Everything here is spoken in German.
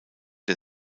der